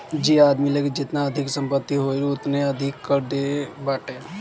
जे आदमी के लगे जेतना अधिका संपत्ति होई उ ओतने अधिका कर देत बाटे